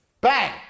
Bang